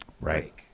right